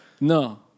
No